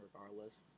regardless